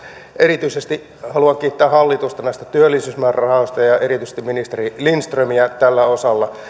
erityisesti haluan kiittää hallitusta näistä työllisyysmäärärahoista ja erityisesti ministeri lindströmiä